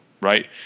Right